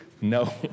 No